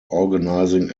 organizing